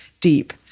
deep